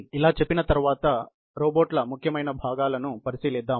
ఇలా చెప్పిన తరువాత రోబోట్ల ముఖ్యమైన భాగాలను పరిశీలిద్దాం